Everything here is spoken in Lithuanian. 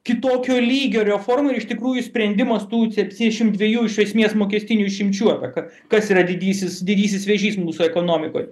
kitokio lygio reformų ir iš tikrųjų sprendimas tų septyniasdešimt dviejų iš esmės mokestinių išimčių arba kad kas yra didysis didysis vėžys mūsų ekonomikoj